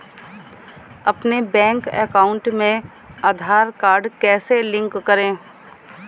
अपने bank account में Aadhaar card कैसे लिंक करें?